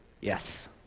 Yes